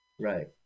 Right